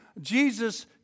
Jesus